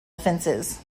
offences